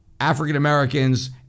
African-Americans